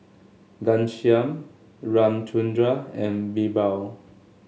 Ghanshyam Ramchundra and BirbaL